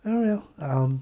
ya ya ya um